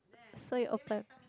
so you open